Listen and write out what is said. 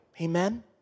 Amen